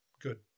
good